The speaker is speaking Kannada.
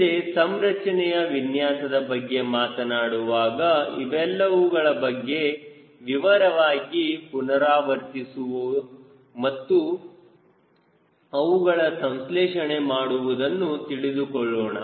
ಮುಂದೆ ಸಂರಚನೆಯ ವಿನ್ಯಾಸದ ಬಗ್ಗೆ ಮಾತನಾಡುವಾಗ ಇವೆಲ್ಲವುಗಳ ಬಗ್ಗೆ ವಿವರವಾಗಿ ಪುನರಾವರ್ತಿಸುವ ಮತ್ತು ಅವುಗಳ ಸಂಶ್ಲೇಷಣೆ ಮಾಡುವುದನ್ನು ತಿಳಿದುಕೊಳ್ಳೋಣ